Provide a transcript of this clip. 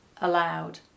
allowed